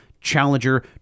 Challenger